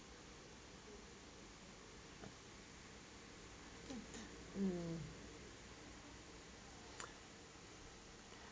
um